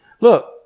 Look